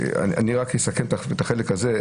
אני רק אסכם את החלק הזה,